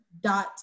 dot